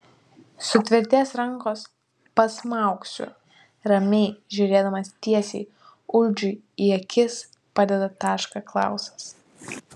sutvirtės rankos pasmaugsiu ramiai žiūrėdamas tiesiai uldžiui į akis padeda tašką klausas